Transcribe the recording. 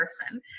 person